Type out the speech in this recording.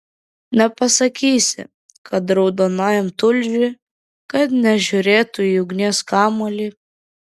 nepasakysi raudonajam tulžiui kad nežiūrėtų į ugnies kamuolį